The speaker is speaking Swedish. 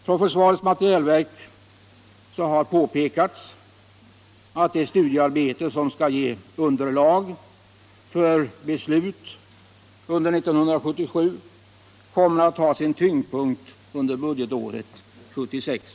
Från försvarets materielverk har påpekats att det studiearbete som skall ge underlag för beslut under 1977 kommer att ha sin tyngdpunkt under budgetåret 1976/77.